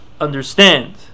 understand